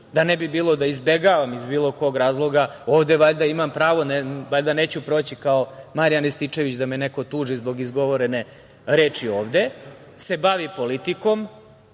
da ne bi bilo da izbegavam iz bilo kog razloga, ovde valjda imam pravo, valjda neću proći kao Marijan Rističević, da me neko tuži zbog izgovorene reči ovde, se bavi politikom.